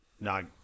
no